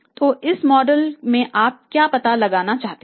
तो इस मॉडल में आप क्या पता लगाना चाहते हैं